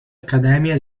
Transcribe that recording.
accademia